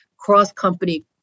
cross-company